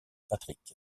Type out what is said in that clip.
patrick